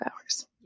hours